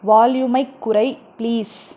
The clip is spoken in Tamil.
வால்யூமைக் குறை ப்ளீஸ்